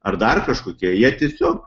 ar dar kažkokie jie tiesiog